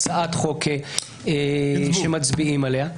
הצעת חוק שמצביעים עליה.